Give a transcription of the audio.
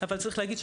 אבל צריך להגיד,